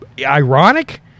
ironic